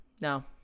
no